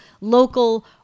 local